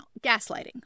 gaslighting